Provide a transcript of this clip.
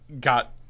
got